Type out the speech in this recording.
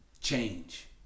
change